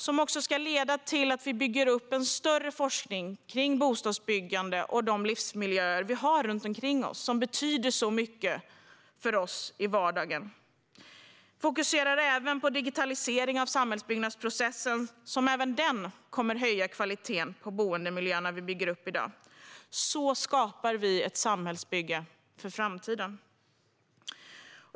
Det ska leda till att det byggs upp en större forskning om bostadsbyggande och de livsmiljöer som finns runt omkring oss, som betyder så mycket för oss i vardagen. Vi fokuserar även på digitalisering av samhällsbyggnadsprocessen, som även den kommer att höja kvaliteten på boendemiljöerna som byggs i dag. Så skapar vi ett samhällsbygge för framtiden.